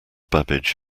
babbage